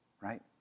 right